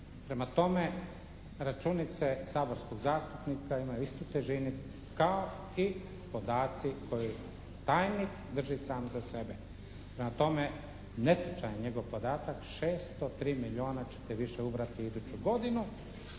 Prema tome, računice saborskog zastupnika imaju istu težinu kao i podaci koji tajnik drži sam za sebe. Prema tome, netočan je njegov podatak. 603 milijuna ćete više ubrati iduću godinu,